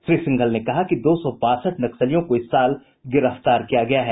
श्री सिंघल ने कहा कि दो सौ बासठ नक्सलियों को इस साल गिरफ्तार किया गया है